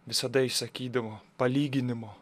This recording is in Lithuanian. visada išsakydavo palyginimo